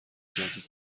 جدید